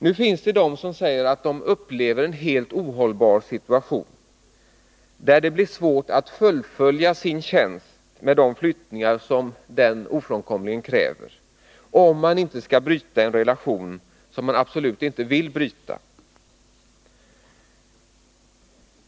Det finns de som säger att de på grund av detta upplever en helt ohållbar situation, där det blir svårt för dem Nr 23 att upprätthålla sin tjänst med de flyttningar som denna ofrånkomligen kräver, såvida de inte bryter en relation som de absolut inte vill bryta.